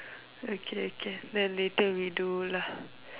okay okay then later we do lah